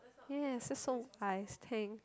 yes that's so